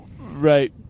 Right